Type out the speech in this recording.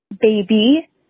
baby